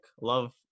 love